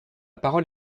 parole